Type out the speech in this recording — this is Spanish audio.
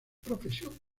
profesión